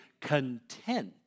content